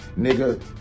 nigga